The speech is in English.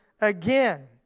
again